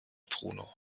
bruno